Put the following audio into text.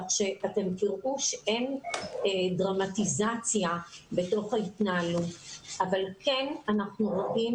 ואתם תראו שאין דרמטיזציה בתוך ההתנהלות אבל כן אנחנו רואים